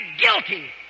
guilty